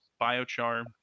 biochar